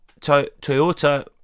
Toyota